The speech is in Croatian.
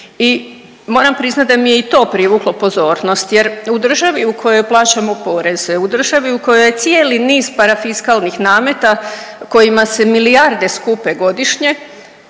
i moram priznat da mi je i to privuklo pozornost jer u državi u kojoj plaćamo poreze, u državi u kojoj je cijeli niz parafiskalnih nameta kojima se milijarde skupe godišnje,